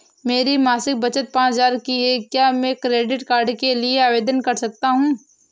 मेरी मासिक बचत पचास हजार की है क्या मैं क्रेडिट कार्ड के लिए आवेदन कर सकता हूँ?